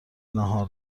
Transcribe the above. ناهار